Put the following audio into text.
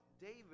David